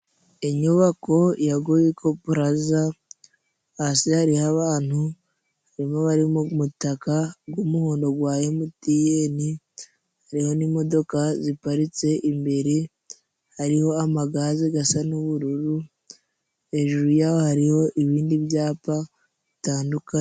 Inyubako ya Goyiko Puraza, hasi hariho abantu, harimo abari mu mutaka g'umuhondo gwa Emutiyeni, hariho n'imodoka ziparitse imbere, hariho amagaze gasa n'ubururu, hejuru yaho hariho ibindi byapa bitandukanye.